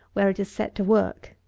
where it is set to work.